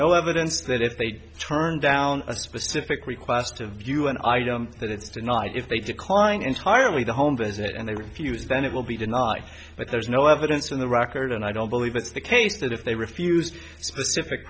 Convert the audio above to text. no evidence that if they turn down a specific request to view an item that it's not if they decline entirely to home visit and they refuse then it will be denied but there's no evidence in the record and i don't believe it's the case that if they refuse specific